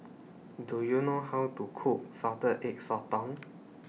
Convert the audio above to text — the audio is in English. Do YOU know How to Cook Salted Egg Sotong